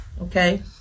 Okay